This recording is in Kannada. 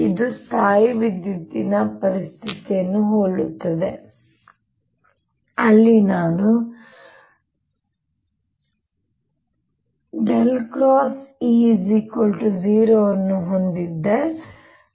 ಇದು ಸ್ಥಾಯೀವಿದ್ಯುತ್ತಿನ ಪರಿಸ್ಥಿತಿಯನ್ನು ಹೋಲುತ್ತದೆ ಅಲ್ಲಿ ನಾನು E0 ಅನ್ನು ಹೊಂದಿದ್ದೆ ಮತ್ತು